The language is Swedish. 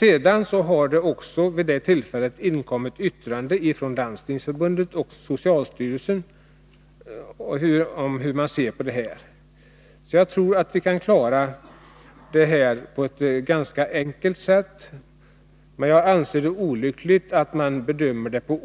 Vid behandlingen av ärendet 1979 inkom yttranden från Landstingsförbundet och socialstyrelsen om hur man ser på detta, och jag tror att vi kan klara det på ett ganska enkelt sätt. Men jag anser att det är olyckligt att man bedömer på